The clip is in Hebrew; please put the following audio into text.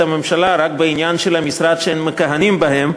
הממשלה רק בעניין של המשרד שהם מכהנים בו,